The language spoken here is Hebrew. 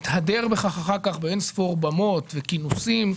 שהתהדר בכך אחר כך באין-ספור במות וכינוסים,